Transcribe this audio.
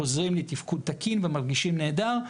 חוזרים לתפקוד תקין ומרגישים נהדר,